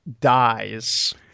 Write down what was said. dies